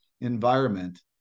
environment